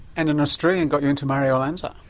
and an australian got you into mario lanza?